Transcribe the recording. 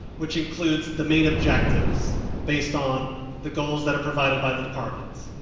which includes the main objectives based on the goals that are provided by the departments.